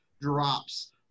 drops